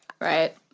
Right